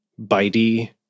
bitey